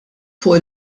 fuq